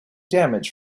damage